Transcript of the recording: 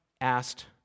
asked